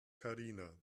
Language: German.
karina